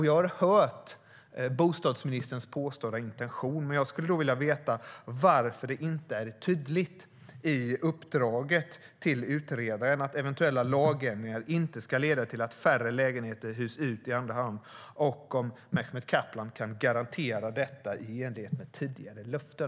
Jag har hört bostadsministerns påstådda intention, men jag skulle vilja veta varför det i uppdraget till utredaren inte är tydligt att eventuella lagändringar inte ska leda till att färre lägenheter hyrs ut i andrahand och, herr talman, om Mehmet Kaplan kan garantera detta i enlighet med tidigare löften.